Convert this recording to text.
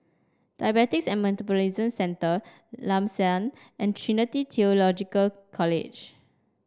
Diabetes and Metabolism Centre Lam San and Trinity Theological College